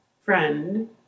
friend